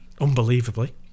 Unbelievably